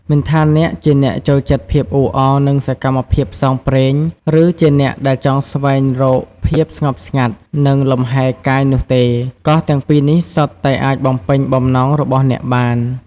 មិនថាអ្នកជាអ្នកចូលចិត្តភាពអ៊ូអរ និងសកម្មភាពផ្សងព្រេង ឬជាអ្នកដែលចង់ស្វែងរកភាពស្ងប់ស្ងាត់ និងលំហែរកាយនោះទេ កោះទាំងពីរនេះសុទ្ធតែអាចបំពេញបំណងរបស់អ្នកបាន។